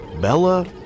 Bella